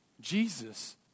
Jesus